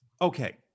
okay